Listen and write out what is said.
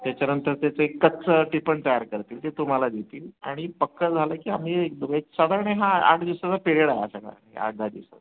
त्याच्यानंतर त्याचं एक कच्चं टिपण तयार करतील ते तुम्हाला देतील आणि पक्कं झालं की आम्ही येऊ एक दोघे साधारण हा आठ दिवसाचा पिरेड आहे हा सगळा आठ दहा दिवसाचा